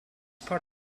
part